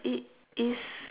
it is